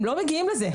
הם לא מגיעים לזה.